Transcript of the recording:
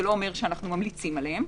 זה לא אומר שאנחנו ממליצים עליהם,